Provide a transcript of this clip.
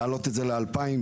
להעלות את זה ל-2,000.